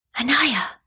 Anaya